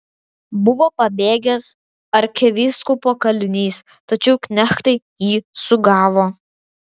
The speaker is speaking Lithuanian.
buvo pabėgęs arkivyskupo kalinys tačiau knechtai jį sugavo